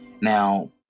now